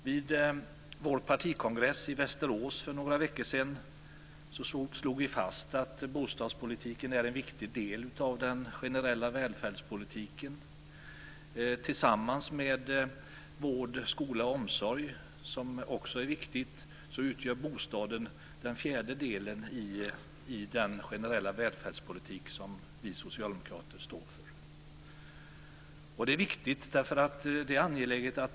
Vid vår partikongress i Västerås för några veckor sedan slog vi fast att bostadspolitiken är en viktig del av den generella välfärdspolitiken. Tillsammans med vård, skola och omsorg, som också är viktiga, utgör bostaden den fjärde delen i den generella välfärdspolitik som vi socialdemokrater står för.